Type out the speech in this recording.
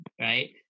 Right